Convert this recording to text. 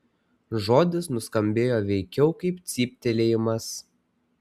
žodis nuskambėjo veikiau kaip cyptelėjimas